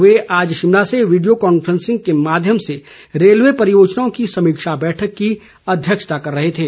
वे आज शिमला से video conferencing के माध्यम से रेलवे परियोजनाओं की समीक्षा बैठक की अध्यक्षता कर रहे थे